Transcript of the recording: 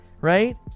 right